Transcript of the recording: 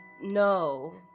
no